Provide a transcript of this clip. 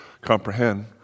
comprehend